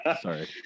sorry